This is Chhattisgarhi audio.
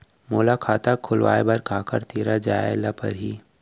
मोला खाता खोलवाय बर काखर तिरा जाय ल परही?